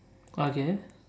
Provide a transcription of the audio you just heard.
okay